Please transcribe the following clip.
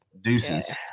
Deuces